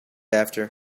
after